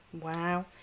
Wow